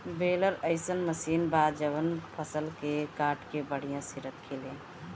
baler अइसन मशीन बा जवन फसल के काट के बढ़िया से रखेले